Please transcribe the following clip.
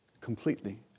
completely